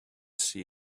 see